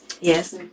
Yes